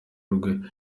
rwe